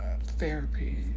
therapy